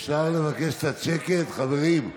אפשר לבקש קצת שקט, חברים?